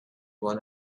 one